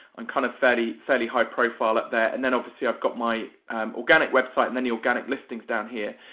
i'm kind of fairly fairly high profile up there, and then obviously, i've got my organic website, and then your organic listings down here.